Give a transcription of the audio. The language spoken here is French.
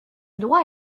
droit